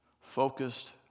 focused